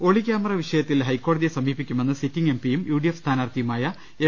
ഒളിക്യാമറ വിഷയത്തിൽ ഹൈക്കോടതിയെ സമീപിക്കുമെന്ന് സിറ്റിംഗ് എംപിയും യുഡിഎഫ് സ്ഥാനാർത്ഥിയുമായ എം